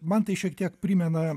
man tai šiek tiek primena